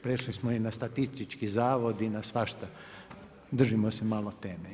Prešli smo i na statistički zavod i na svašta, držimo se malo teme.